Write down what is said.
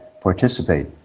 participate